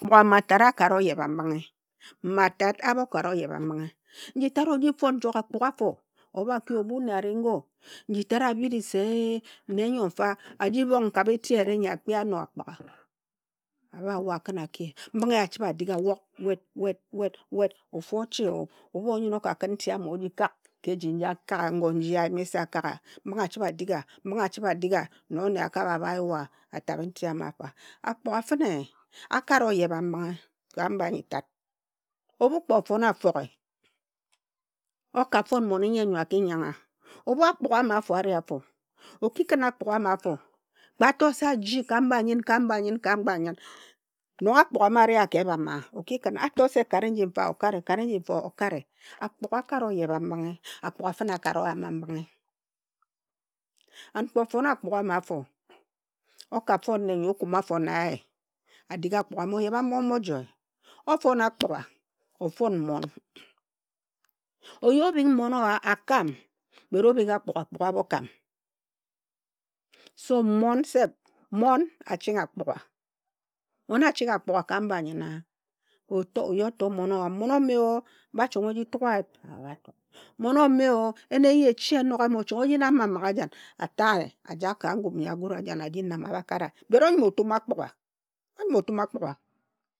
Akpuga matat akara oyebhambinghe mmatat a me kare oyebhambinghe. Nji tat oji fon njok akpuga afo, obha ki, ebhu nne a ri ngo, nji tat abhiri se eh nne nyo fa a ji bhong nkab eti eyire nyi akpi ano akpuga a bha wa akhin aki. Mbinghe eya a chibh edi a fo wek, wek, wek, wet. Ofu oche, ebhu onyine oka khin nti ama oji kak ka eji nji ayimi se akagha mbingh achibhe adia, mbinghe achibhe a diga nong nne a ka bha abha yua atabhe nti amafo. Akpugha fine a kara oyebhambinghe ka mba nyi tat. Obhu kpe ofona kpugha, oka fon moniyen nyo a ki nyangha, obhu akpuga ama afo ari afo oki khin akpuga ama afo, kpeato se aji ka mba nyin, ka mba nyin, nong akpuga ama aria ka ebham, oki khin, a to se kari inji fa o, okare, kare nji fa okare. Akpuga akara oyebhamingh, akpuga fine a kara oyama mbinghe. And kpe ofona akpuga amafo, oka fon nne nyo okuma afo na ye adig akpuga ama oyebha-mbinghe omo joe. Ofon akpuga, ofon mmon, oyi obhing mmon owa akam, but obhing akpuga, akpuga a mokam. So mmon self mmon aching akpuga. Mmon aching akpuga ka mba ayina? O yi oto mmon owa "monomeo" ba chong oji tug ayip a bha tung. Mmon o me o en eye echi enogham chong oji nam a migajan, a taghe ajag ka ngun nyi agura ajan, a ji nam ma abha kara. But anyim otum akpuga. Onyim otum akpuga.